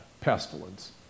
pestilence